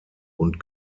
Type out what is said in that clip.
und